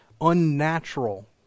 unnatural